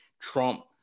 Trump